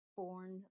born